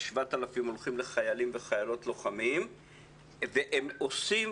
7,000 הולכות לחיילים וחיילות לוחמים והם עושים,